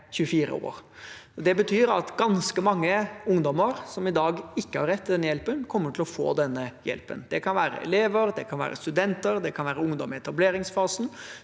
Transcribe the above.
Det betyr at ganske mange ungdommer som i dag ikke har rett til den hjelpen, kommer til å få denne hjelpen. Det kan være elever og studenter, det kan være ungdom i etableringsfasen,